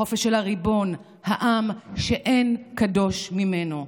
החופש של הריבון, העם שאין קדוש ממנו.